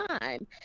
time